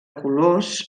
colors